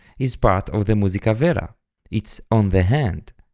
is part of the musica vera it's on the hand.